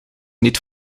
niet